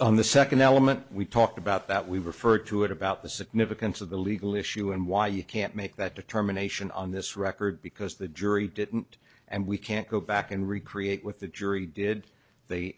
the second element we talked about that we referred to it about the significance of the legal issue and why you can't make that determination on this record because the jury didn't and we can't go back and recreate with the jury did they